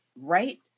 right